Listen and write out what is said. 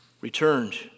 returned